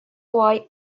why